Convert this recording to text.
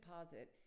deposit